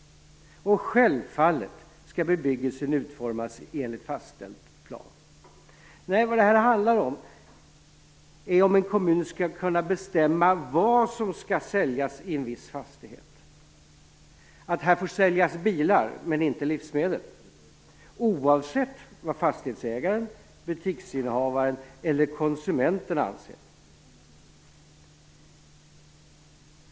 Självfallet skall bebyggelsen utformas enligt fastställd plan. Nej, detta handlar om huruvida en kommun skall kunna bestämma vad som skall säljas i en viss fastighet, att det t.ex. får säljas bilar men inte livsmedel, oavsett vad fastighetsägaren, butiksinnehavaren eller konsumenten anser.